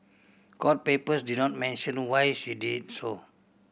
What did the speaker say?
court papers did not mention why she did so